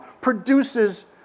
produces